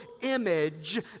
image